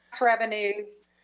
revenues